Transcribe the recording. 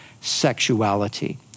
sexuality